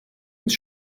ins